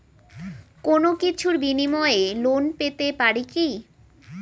কোনো কিছুর বিনিময়ে লোন পেতে পারি কি?